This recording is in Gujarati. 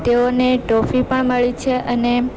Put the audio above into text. તેઓને ટ્રોફી પણ મળી છે અને